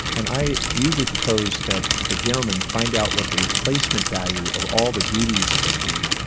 and i usually propose that the gentleman find out what the replacement value of all the duties that they do,